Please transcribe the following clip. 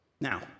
Now